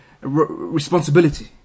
responsibility